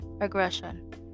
aggression